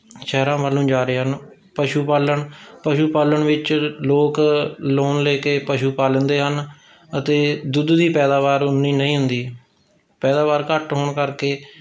ਸ਼ਹਿਰਾਂ ਵੱਲ ਨੂੰ ਜਾ ਰਹੇ ਹਨ ਪਸ਼ੂ ਪਾਲਣ ਪਸ਼ੂ ਪਾਲਣ ਵਿੱਚ ਲੋਕ ਲੋਨ ਲੈ ਕੇ ਪਸ਼ੂ ਪਾ ਲੈਂਦੇ ਹਨ ਅਤੇ ਦੁੱਧ ਦੀ ਪੈਦਾਵਾਰ ਉੱਨੀ ਨਹੀਂ ਹੁੰਦੀ ਪੈਦਾਵਾਰ ਘੱਟ ਹੋਣ ਕਰਕੇ